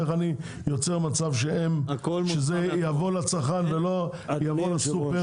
איך אני יוצר מצב שזה יבוא לצרכן ולא לסופר?